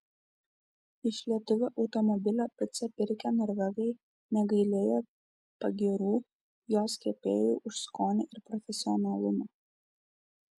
iš lietuvio automobilio picą pirkę norvegai negailėjo pagyrų jos kepėjui už skonį ir profesionalumą